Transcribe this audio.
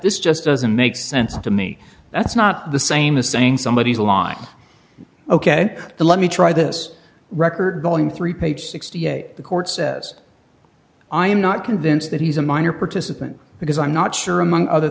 this just doesn't make sense to me that's not the same as saying somebody has a line ok to let me try this record going three page sixty eight the court says i am not convinced that he's a minor participant because i'm not sure among other